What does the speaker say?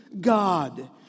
God